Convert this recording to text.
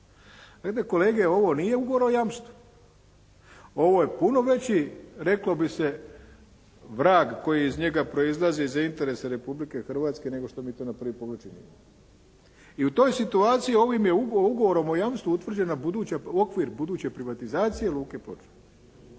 kolege ovo nije ugovor jamstvu. Ovo je puno veći reklo bi se vrag koji iz njega proizlazi za interese Republike Hrvatske nego što mi to na prvi pogled činimo i u toj situaciji ovim je ugovorom o jamstvu utvrđen okvir buduće privatizacije Luke Ploče.